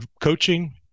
coaching